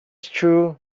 true